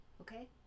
Okay